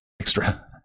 extra